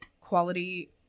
quality